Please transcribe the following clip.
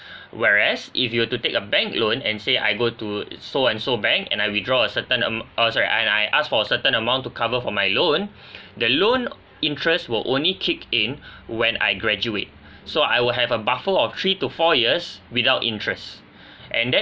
whereas if you were to take a bank loan and say I go to so and so bank and I withdraw a certain am~ uh sorry and I ask for a certain amount to cover for my loan the loan interest will only kick in when I graduate so I will have a buffer of three to four years without interest and that's